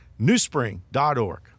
newspring.org